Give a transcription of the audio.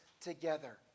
together